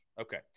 Okay